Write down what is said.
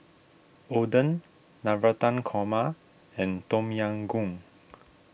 Oden Navratan Korma and Tom Yam Goong